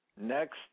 Next